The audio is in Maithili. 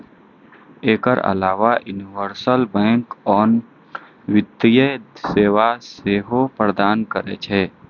एकर अलाव यूनिवर्सल बैंक आन वित्तीय सेवा सेहो प्रदान करै छै